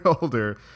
older